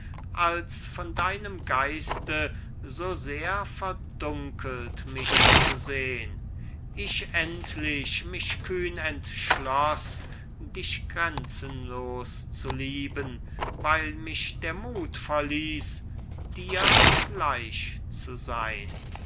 als von deinem geiste so sehr verdunkelt mich zu sehn ich endlich mich kühn entschloß dich grenzenlos zu lieben weil mich der mut verließ dir gleich zu sein